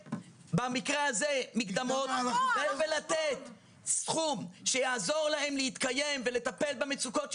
לתת מקדמות ולתת סכום שיעזור למשפחות להתקיים ולהתמודד עם המצוקות.